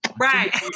Right